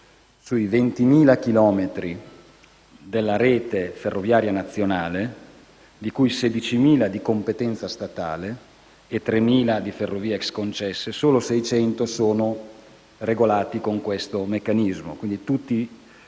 Sui 20.000 chilometri della rete ferroviaria nazionale, di cui 16.000 di competenza statale e 3.000 di ferrovie ex concesse, solo 600 sono regolati con tale meccanismo.